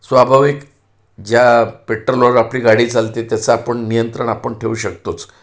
स्वाभाविक ज्या पेट्रोलवर आपली गाडी चालते त्याचं आपण नियंत्रण आपण ठेऊ शकतोच